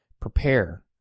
prepare